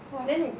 oh